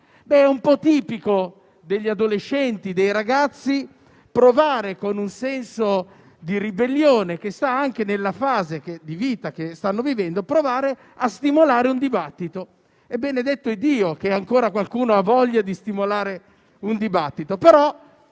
fare. È un po' tipico degli adolescenti e dei ragazzi, con un senso di ribellione che sta anche nella fase di vita che stanno vivendo, provare a stimolare un dibattito. E benedetto Iddio che ancora qualcuno ha voglia di stimolare un dibattito! Però